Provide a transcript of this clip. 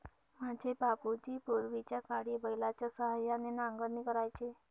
माझे बाबूजी पूर्वीच्याकाळी बैलाच्या सहाय्याने नांगरणी करायचे